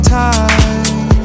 time